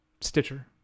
Stitcher